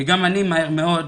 כי גם אני מהר מאוד,